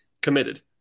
committed